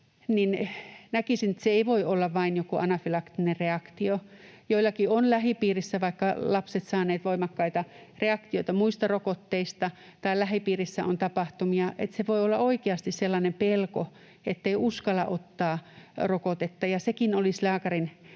syy, ei voi olla vain joku anafylaktinen reaktio. Kun joillakin on lähipiirissä tapahtumia — lapset ovat vaikka saaneet voimakkaita reaktioita muista rokotteista — se voi olla oikeasti sellainen pelko, ettei uskalla ottaa rokotetta, ja sekin olisi lääkärin